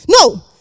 no